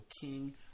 king